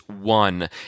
one